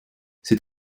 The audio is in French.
ses